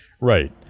right